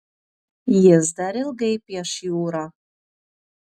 jis dar ilgai pieš jūrą